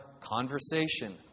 conversation